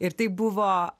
ir tai buvo